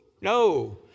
no